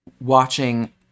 watching